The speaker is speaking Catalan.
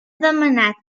demanat